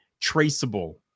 traceable